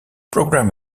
program